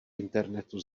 internetu